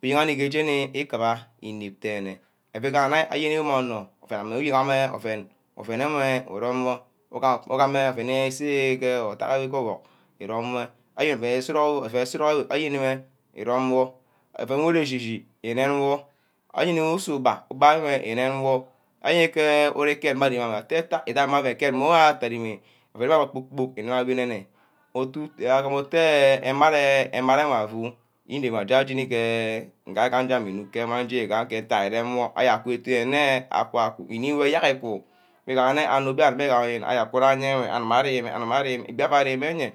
Uguegeh ari geeh jeni ikuba inep denye iuu gaha ne ayeni mmeh onor ouen idigameh ouen, ouen ewe irom eor, igama ouen, ouen ewe irom, wor, igama ouen eh aseh ke odage igohir irom wor, ayeni ouen isorock, ayenmeh irom wor-Auen uremeh echi-chi, ireme wor ayen iseh ugba, ugba enwe irome wor, ayen ke mma adim meh atte sai idai meh abbeh derinj ouen wor na kpor-kpork, imang meh auinimeh agama otu teh emera, emera afu, ije ouen mma jeni ah jeni ngah gameh inuck gemeh jeni gaje. Ereme wor aku-aku ke eyerk iku, igaha nne anor begeh je ayo kuja hen animeh, animeh ibiga aremeh enwe